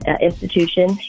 institution